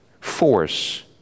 force